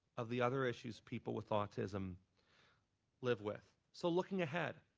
of the other issues people with autism live with. so looking ahead,